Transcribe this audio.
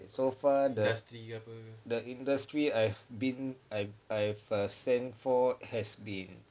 so far the the industry I've been I've I've err sent for has been